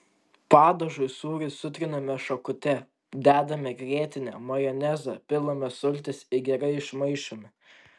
padažui sūrį sutriname šakute dedame grietinę majonezą pilame sultis ir gerai išmaišome